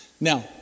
Now